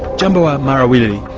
djambawa marawili,